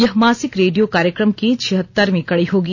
यह मासिक रेडियो कार्यक्रम की छिहत्तरवीं कड़ी होगी